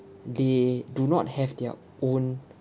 they do not have their own